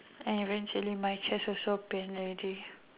and eventually my chest also pain already